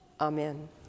Amen